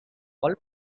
all